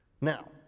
Now